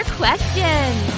questions